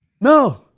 no